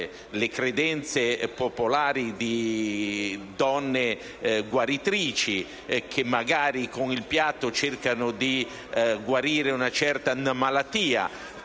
credenze popolari su donne guaritrici, che magari con il piatto cercano di guarire una certa malattia: